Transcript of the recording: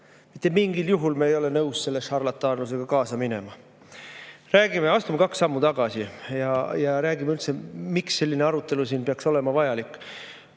Mitte mingil juhul me ei ole nõus selle šarlataansusega kaasa minema. Astume kaks sammu tagasi ja räägime sellest, miks selline arutelu siin peaks olema üldse vajalik.